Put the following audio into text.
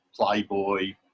Playboy